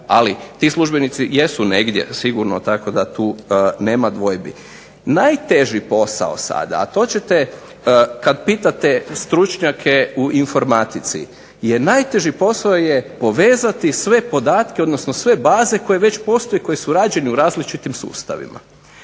Ali ti službenici jesu negdje sigurno tako da tu nema dvojbi. Najteži posao sada, a to ćete kada pitate stručnjake u informatici je najteži posao je povezati sve podatke odnosno sve baze koje već postoje i koje su rađene u različitim sustavima.